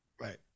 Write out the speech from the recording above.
right